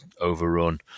overrun